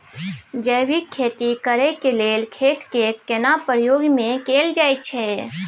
जैविक खेती करेक लैल खेत के केना प्रयोग में कैल जाय?